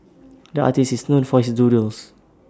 the artist is known for his doodles